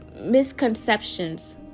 misconceptions